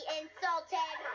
insulted